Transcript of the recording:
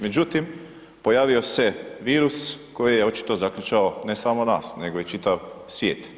Međutim, pojavio se virus koji je očito zaključao ne samo nas nego i čitav svijet.